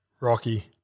Rocky